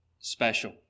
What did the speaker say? special